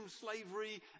slavery